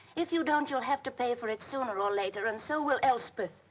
if you don't, you'll have to pay for it sooner or later, and so will elspeth.